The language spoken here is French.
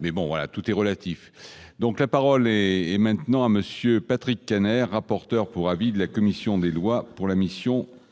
mais bon, tout est relatif, donc la parole est maintenant à monsieur Patrick Kanner, rapporteur pour avis de la commission des lois pour la mission,